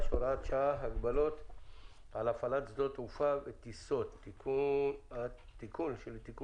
(הוראת שעה) (הגבלות על הפעלת שדות תעופה וטיסות) (תיקון) (תיקון),